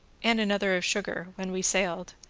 and another of sugar, when we sailed,